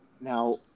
Now